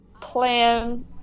plan